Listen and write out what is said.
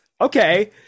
okay